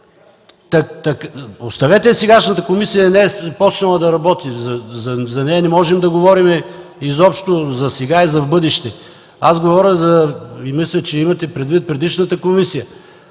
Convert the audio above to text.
Оставете сегашната комисия, тя не е започнала да работи, за нея не можем да говорим изобщо засега и за в бъдеще. Говоря и мисля, че имате предвид предишната комисия.